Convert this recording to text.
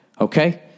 Okay